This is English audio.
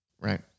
right